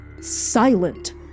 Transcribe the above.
silent